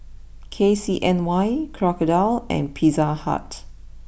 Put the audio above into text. K C N Y Crocodile and Pizza Hut